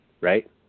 right